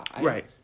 Right